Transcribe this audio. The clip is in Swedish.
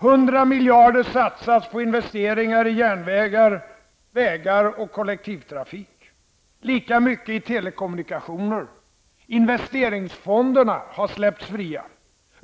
100 miljarder satsas på investeringar i järnvägar, vägar och kollektivtrafik, lika mycket i telekommunikationer. Investeringsfonderna har släppts fria.